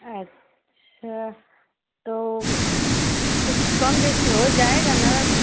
अच्छा तो कुछ कमो बेशी हो जाएगा ना